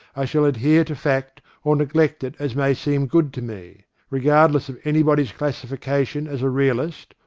i shall adhere to fact or neglect it as may seem good to me regardless of anybody's classification as a realist,